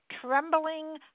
Trembling